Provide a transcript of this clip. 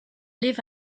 live